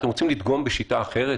אתם רוצים לדגום בשיטה אחרת?